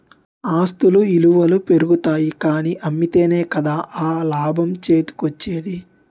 ఆస్తుల ఇలువలు పెరుగుతాయి కానీ అమ్మితేనే కదా ఆ లాభం చేతికోచ్చేది?